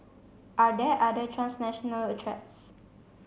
are there other transnational a threats